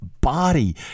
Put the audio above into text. body